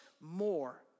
more